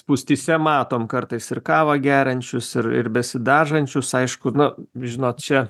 spūstyse matom kartais ir kavą geriančius ir ir besidažančius aišku nu žinot čia